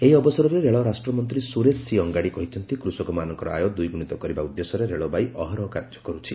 ଏହି ଅବସରରେ ରେଳ ରାଷ୍ଟ୍ରମନ୍ତ୍ରୀ ସୁରେଶ ସି ଅଙ୍ଗାଡ଼ି କହିଚ୍ଚନ୍ତି କୁଷକମାନଙ୍କର ଆୟ ଦ୍ୱିଗୁଣିତ କରିବା ଉଦ୍ଦେଶ୍ୟରେ ରେଳବାଇ ଅହରହ କାର୍ଯ୍ୟ କରୁଛି